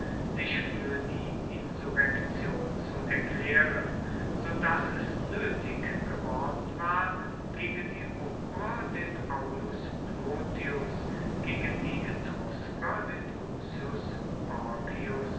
sich für die insurrektion zu erklären so daß es nötig geworden war gegen die umbrer den aulus plotius gegen die etrusker den